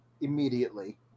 immediately